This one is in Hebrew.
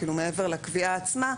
מעבר לקביעה עצמה,